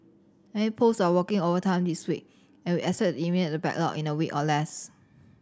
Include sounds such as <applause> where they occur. many post are working overtime this week and we <unintelligible> eliminate the backlog in a week or less